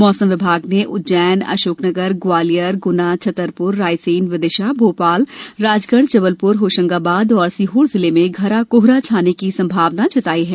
मौसम विभाग ने उज्जैनअशोकनगर ग्वालियर ग्ना छतरप्र रायसेन विदिशा भोपाल राजगढ़ जबलप्र होशंगाबाद और सीहोर जिले में घना कोहरा छाने की संभावना जताई है